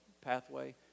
pathway